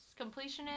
Completionist